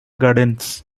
gardens